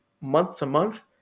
month-to-month